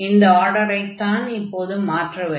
இந்த ஆர்டரைத்தான் இப்போது மாற்றவேண்டும்